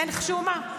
אין חשומה.